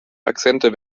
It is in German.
akzente